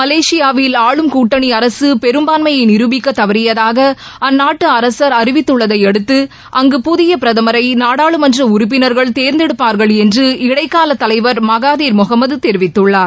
மலேசியாவில் கூட்டணிஅரசுபெரும்பான்மையைநிருபிக்கதவறியதாகஅந்நாட்டுஅரசர் ஆளும் அறிவித்துள்ளதைஅடுத்துஅங்கு புதியபிரதமரைநாடாளுமன்றஉறுப்பினர்கள் தேர்ந்தெடுப்பார்கள் என்று இடைக்காலதலைவர் மகாதீர் முடமத்தெரிவித்துள்ளார்